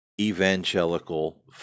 evangelical